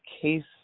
case